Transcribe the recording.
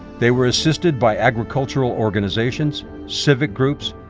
they were assisted by agricultural organizations, civic groups,